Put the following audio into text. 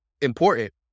important